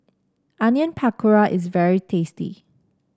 Onion Pakora is very tasty